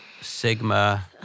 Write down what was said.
Sigma